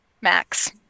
Max